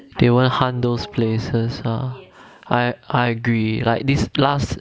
they won't hunt those places lah I I agree like this last